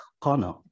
corner